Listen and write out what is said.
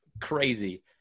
crazy